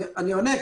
אני עונה.